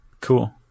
Cool